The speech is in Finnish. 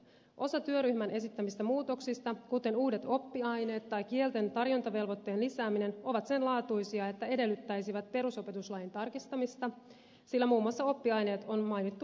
osa työryhmän esittämistä muutoksista kuten uudet oppiaineet tai kielten tarjontavelvoitteen lisääminen on sen laatuisia että ne edellyttäisivät perusopetuslain tarkistamista sillä muun muassa oppiaineet on mainittu laissa